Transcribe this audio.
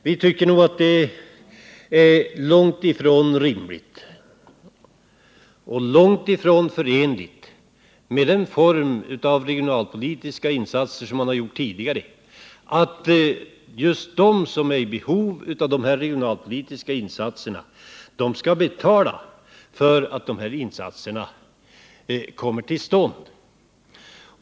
Vi tycker att det är långt ifrån rimligt och långt ifrån förenligt med den form av regionalpolitiska insatser som gjorts tidigare att just de som är i behov av regionalpolitiska insatser skall betala för att dessa insatser kommer till stånd.